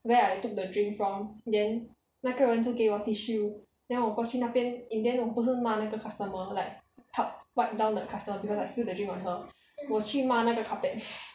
where I took the drink from then 那个人就给我 tissue then 我过去那边 in the end 我不是骂那个 customer like help wipe down the customer because I spill the drink on her 我去骂那个 carpet